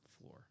floor